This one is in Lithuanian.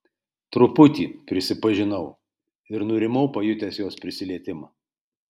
truputį prisipažinau ir nurimau pajutęs jos prisilietimą